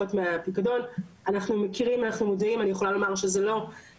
אני יכולה לומר שזה לא היה על דעתנו,